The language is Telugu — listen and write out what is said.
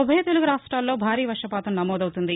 ఉభయ తెలుగురాష్ట్రాల్లో భారీ వర్షపాతం నమోదవుతోంది